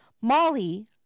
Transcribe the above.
Molly